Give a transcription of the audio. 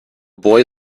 boy